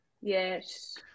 Yes